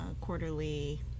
quarterly